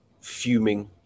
fuming